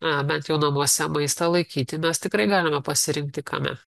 na bent jau namuose maistą laikyti mes tikrai galime pasirinkti kame